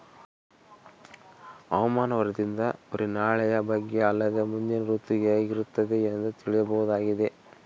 ಹವಾಮಾನ ವರದಿಯಿಂದ ಬರಿ ನಾಳೆಯ ಬಗ್ಗೆ ಅಲ್ಲದೆ ಮುಂದಿನ ಋತು ಹೇಗಿರುತ್ತದೆಯೆಂದು ತಿಳಿಯಬಹುದಾಗಿದೆ